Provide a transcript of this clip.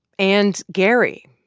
and gary,